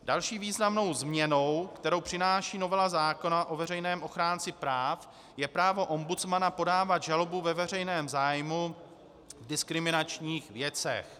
Další významnou změnou, kterou přináší novela zákona o veřejném ochránci práv, je právo ombudsmana podávat žalobu ve veřejném zájmu v diskriminačních věcech.